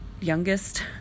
youngest